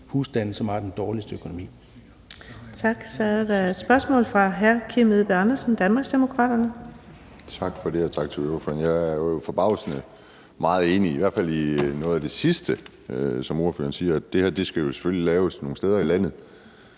formand (Birgitte Vind): Tak. Så er der et spørgsmål fra hr. Kim Edberg Andersen, Danmarksdemokraterne. Kl. 15:07 Kim Edberg Andersen (DD): Tak for det, og tak til ordføreren. Jeg er jo forbavsende meget enig, i hvert fald i noget af det sidste, som ordføreren siger, og det her skal jo selvfølgelig gøres nogle steder i landet,